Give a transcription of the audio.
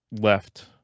left